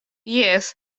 jes